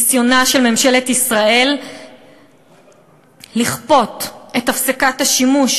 ניסיונה של ממשלת ישראל לכפות את הפסקת השימוש